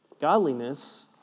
Godliness